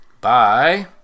Bye